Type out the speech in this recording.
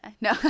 No